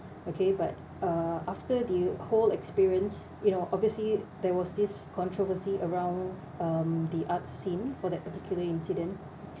okay but uh after the whole experience you know obviously there was this controversy around um the art scene for that particular incident